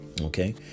Okay